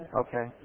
okay